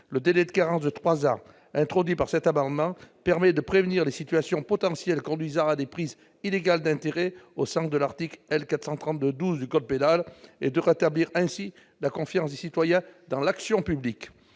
Le délai de carence de trois ans introduit dans cet amendement permet de prévenir les situations potentielles conduisant à des prises illégales d'intérêts au sens de l'article L. 432-12 du code pénal et de rétablir ainsi la confiance des citoyens dans l'action publique.